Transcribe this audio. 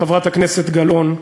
חברת הכנסת גלאון,